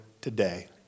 today